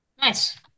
Nice